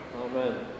Amen